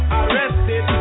arrested